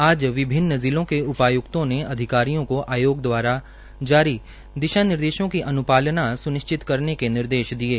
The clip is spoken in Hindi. आज विभिन्न जिलों के उपायुक्तों ने अधिकारियों को आयोग द्वारा जारी दिशा निर्देशों की अनुपालना सुनिश्चित करने के निर्देश दिये